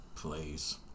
Please